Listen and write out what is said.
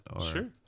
Sure